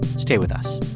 stay with us